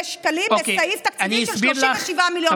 שקלים לסעיף תקציבי של 37 מיליון שקלים?